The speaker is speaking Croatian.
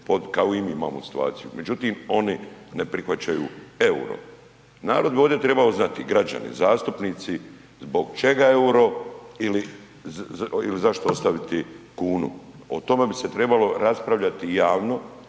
kao i mi imaju situaciju, međutim oni ne prihvaćaju euro. Narod bi ovdje trebao znati i građani i zastupnici, zbog čega euro ili zašto ostaviti kunu. O tome bi se trebalo raspravljati javno